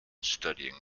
studying